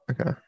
Okay